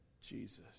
Jesus